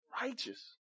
Righteous